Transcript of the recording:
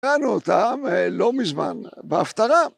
קראנו אותם לא מזמן, בהפטרה.